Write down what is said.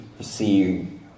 see